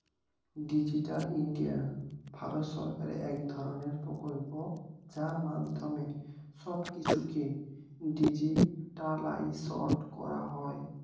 digital India Bharat সরকারের এক ধরণের প্রকল্প যার মাধ্যমে সব কিছুকে ডিজিটালাইসড করা হয়